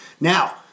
Now